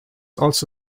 also